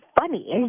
funny